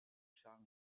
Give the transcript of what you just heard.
charles